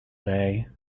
day